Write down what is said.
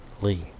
lee